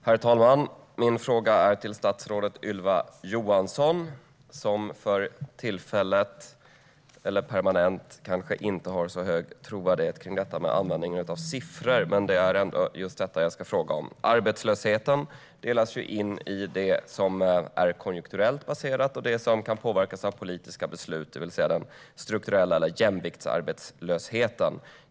Herr talman! Min fråga går till statsrådet Ylva Johansson, som för tillfället - eller kanske permanent - inte har särskilt hög trovärdighet när det gäller användningen av siffror, men det är ändå just siffror jag ska fråga om. Arbetslösheten delas in i det som är konjunkturellt baserat och det som kan påverkas av politiska beslut, det vill säga den strukturella arbetslösheten eller jämviktsarbetslösheten.